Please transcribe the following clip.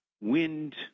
wind